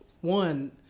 one